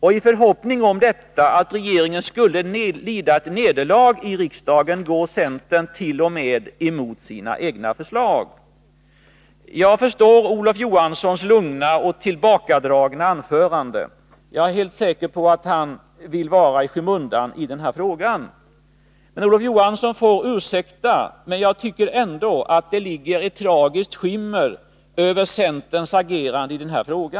I förhoppningen om detta — att regeringen skulle lida nederlag i riksdagen — går centern emot t.o.m. sina egna förslag. Jag förstår Olof Johanssons lugna och tillbakadragna anförande. Jag är helt säker på att han vill vara i skymundan i den här frågan. Olof Johansson får ursäkta, men jag tycker ändå att det ligger ett tragiskt skimmer över centerns agerande i denna fråga.